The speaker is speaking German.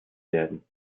werden